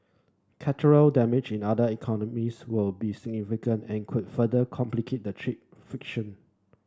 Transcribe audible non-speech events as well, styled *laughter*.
*unintelligible* damage in other economies will be significant and could further complicate the trade friction